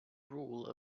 rule